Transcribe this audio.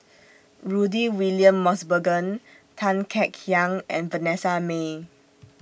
Rudy William Mosbergen Tan Kek Hiang and Vanessa Mae